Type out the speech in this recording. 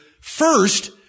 first